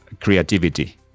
creativity